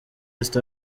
east